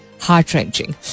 heart-wrenching